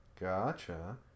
Gotcha